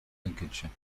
lincolnshire